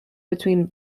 between